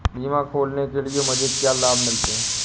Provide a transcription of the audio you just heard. बीमा खोलने के लिए मुझे क्या लाभ मिलते हैं?